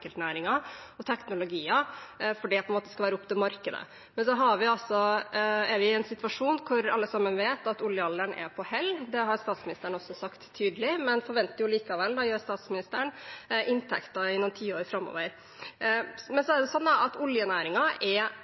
skal være opp til markedet. Men så er vi i en situasjon hvor alle vet at oljealderen er på hell. Det har statsministeren også sagt tydelig, men likevel forventer statsministeren inntekter i noen tiår framover. Men nå har det seg sånn at oljenæringen er